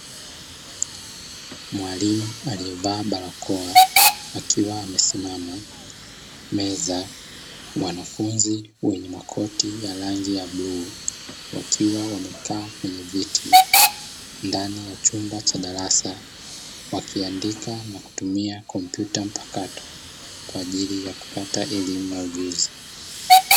Mwalimu aliyevaa barakoa akiwa amesimama, meza, wanafunzi wenye makoti ya rangi ya bluu; wakiwa wamekaa kwenye viti ndani ya chumba cha darasa, wakiandika na kutumia kompyuta mpakato, kwa ajili ya kupata elimu na ujuzi.